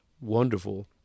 wonderful